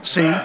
See